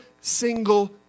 single